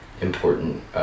important